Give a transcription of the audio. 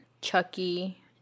Chucky